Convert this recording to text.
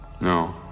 No